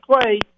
play